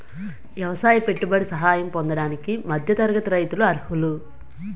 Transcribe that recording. ఎవసాయ పెట్టుబడి సహాయం పొందడానికి మధ్య తరగతి రైతులు అర్హులు